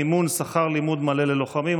מימון שכר לימוד מלא ללוחמים),